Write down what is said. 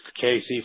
Casey